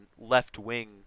left-wing